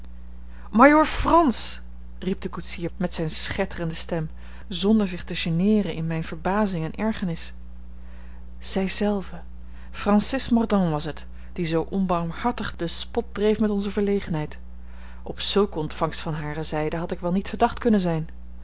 majoor frans riep de koetsier met zijne schetterende stem zonder zich te geneeren in zijne verbazing en ergernis zij zelve francis mordaunt was het die zoo onbarmhartig den spot dreef met onze verlegenheid op zulke ontvangst van hare zijde had ik wel niet verdacht kunnen zijn